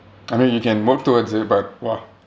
I mean you can work towards it but !wah!